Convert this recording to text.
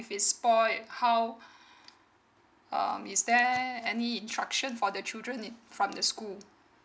if it's spoiled how um is there any instruction for the children from the school